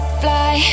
fly